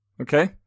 Okay